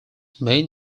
main